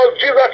Jesus